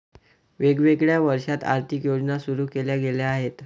वेगवेगळ्या वर्षांत आर्थिक योजना सुरू केल्या गेल्या आहेत